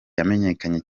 yamenyekanye